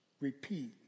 Repeat